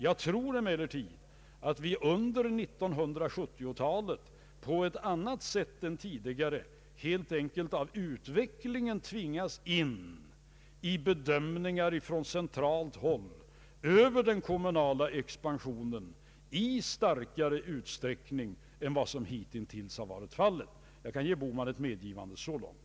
Jag tror emellertid att vi under 1970-talet på ett annat sätt än tidigare helt enkelt av utvecklingen tvingas in i bedömningar från centralt håll över den kommunala expansionen i starkare utsträckning än vad som hittills har varit fallet. Jag kan ge herr Bohman ett medgivande så långt.